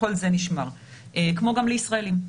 כל זה נשמר, כמו גם לישראלים.